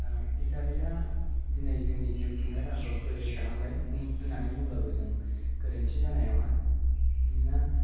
इन्टारनेटआ दिनै जोंनि जिउ खुंनाय राहाखौ गोरलै खालामबाय बुं होननानै बुङोब्लाबो जों गोरोन्थि जानाय नङा मानोना